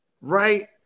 Right